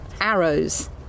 arrows